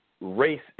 race